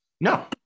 No